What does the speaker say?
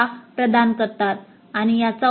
प्रदान करतो